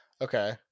okay